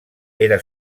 era